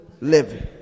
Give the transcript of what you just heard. living